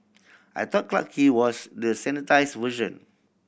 I thought Clarke Quay was the sanitised version